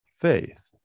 faith